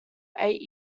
eight